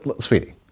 sweetie